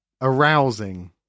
Arousing